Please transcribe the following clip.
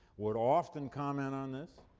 would often comment on this,